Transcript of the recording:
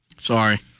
Sorry